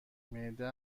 معده